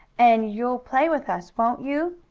and you'll play with us won't you?